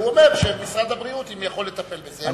והוא שואל אם משרד הבריאות יכול לטפל בזה.